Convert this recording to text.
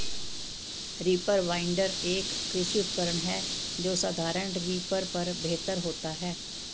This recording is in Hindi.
रीपर बाइंडर, एक कृषि उपकरण है जो साधारण रीपर पर बेहतर होता है